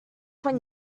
when